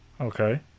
okay